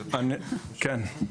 כן,